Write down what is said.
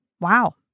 wow